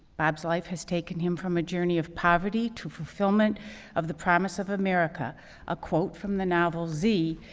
bob's life has taken him from a journey of poverty to fulfillment of the promise of america a quote from the novel z,